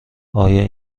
آیا